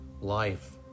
life